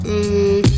Mmm